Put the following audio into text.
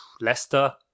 Leicester